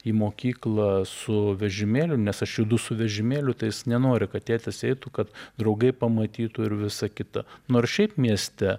į mokyklą su vežimėliu nes aš judu su vežimėliu tai jis nenori kad tėtis eitų kad draugai pamatytų ir visa kita nors šiaip mieste